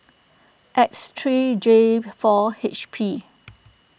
X three J four H P